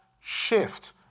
shift